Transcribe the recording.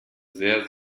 sehr